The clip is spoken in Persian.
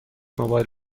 موبایل